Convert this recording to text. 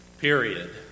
period